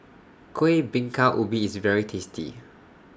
Kueh Bingka Ubi IS very tasty